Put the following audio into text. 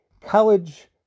College